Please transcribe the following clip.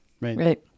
Right